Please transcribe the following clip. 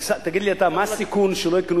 תגיד לי אתה, מה הסיכון שלא יקנו?